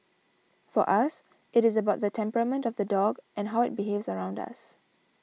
for us it is about the temperament of the dog and how it behaves around us